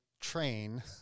train